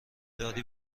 داری